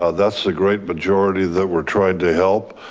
ah that's the great majority that we're trying to help.